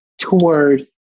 tours